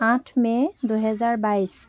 আঠ মে' দুহেজাৰ বাইছ